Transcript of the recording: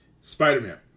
Spider-Man